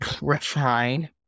refine